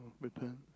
repent